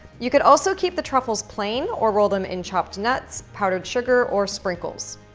you could also keep the truffles plain, or roll them in chopped nuts, powdered sugar, or sprinkles.